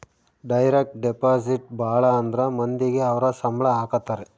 direct deposit ಭಾಳ ಅಂದ್ರ ಮಂದಿಗೆ ಅವ್ರ ಸಂಬ್ಳ ಹಾಕತರೆ